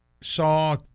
saw